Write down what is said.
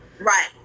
Right